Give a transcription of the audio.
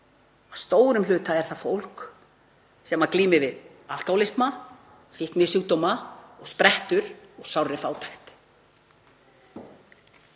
að stórum hluta er það fólk sem glímir við alkóhólisma, fíknisjúkdóma og sprettur úr sárri fátækt.